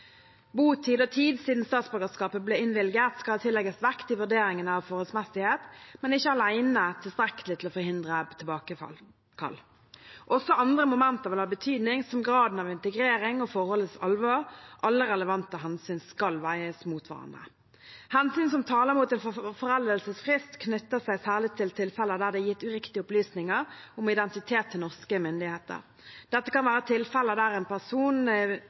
Botid og tid siden statsborgerskapet ble innvilget, skal tillegges vekt i vurderingen av forholdsmessighet, men er ikke alene tilstrekkelig til å forhindre tilbakekall. Også andre momenter vil ha betydning, som graden av integrering og forholdets alvor. Alle relevante hensyn skal veies mot hverandre. Hensyn som taler mot en foreldelsesfrist, knytter seg særlig til tilfeller der det er gitt uriktige opplysninger om identitet til norske myndigheter. Dette kan være tilfeller der en person